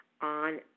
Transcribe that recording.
on